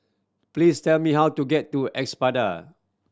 please tell me how to get to Espada